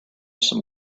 some